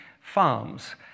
farms